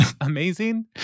amazing